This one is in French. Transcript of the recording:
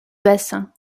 bassin